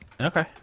Okay